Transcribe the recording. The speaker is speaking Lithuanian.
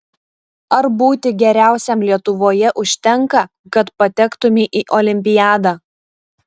ar būti geriausiam lietuvoje užtenka kad patektumei į olimpiadą